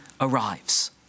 arrives